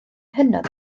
hynod